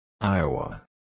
Iowa